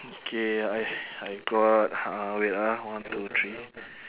okay I I got uh wait ah one two three